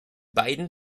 beiden